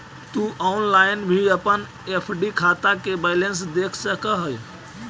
तु ऑनलाइन भी अपन एफ.डी खाता के बैलेंस देख सकऽ हे